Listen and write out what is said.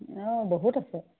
অঁ বহুত আছে